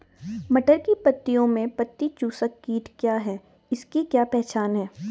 मटर की पत्तियों में पत्ती चूसक कीट क्या है इसकी क्या पहचान है?